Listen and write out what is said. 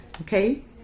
okay